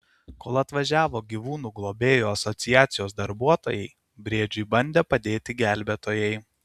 kol atvažiavo gyvūnų globėjų asociacijos darbuotojai briedžiui bandė padėti gelbėtojai